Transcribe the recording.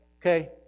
Okay